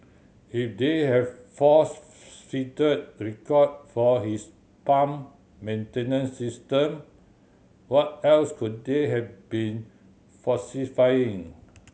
if they have falsified record for this pump maintenance system what else could they have been falsifying